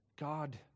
God